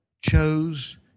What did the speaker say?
chose